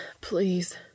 please